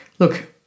Look